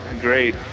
great